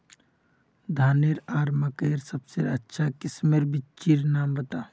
धानेर आर मकई सबसे अच्छा किस्मेर बिच्चिर नाम बता?